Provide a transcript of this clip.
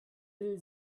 will